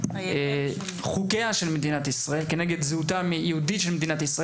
חוקיה וזהותה היהודית של מדינת ישראל.